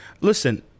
listen